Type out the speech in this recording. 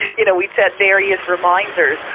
you know we'd set various reminders.